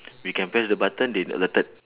we can press the button they alerted